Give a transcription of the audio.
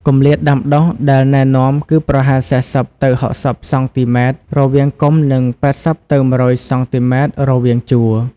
គម្លាតដាំដុះដែលណែនាំគឺប្រហែល ៤០ ទៅ ៦០ សង់ទីម៉ែត្រ រវាងគុម្ព និង ៨០ ទៅ ១០០ សង់ទីម៉ែត្រ រវាងជួរ។